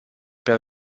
per